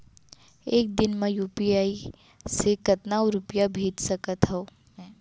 एक दिन म यू.पी.आई से कतना रुपिया भेज सकत हो मैं?